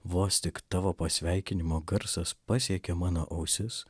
vos tik tavo pasveikinimo garsas pasiekė mano ausis